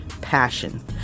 passion